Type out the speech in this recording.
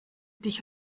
dich